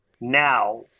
now